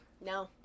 No